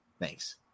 Thanks